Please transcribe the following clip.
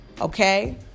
okay